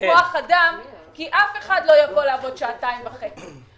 כוח אדם כי אף אחד לא יבוא לעבוד שעתיים וחצי.